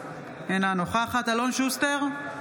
אינה נוכחת אלון שוסטר,